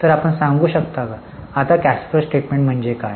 तर आपण सांगू शकता आता कॅश फ्लो स्टेटमेंट म्हणजे काय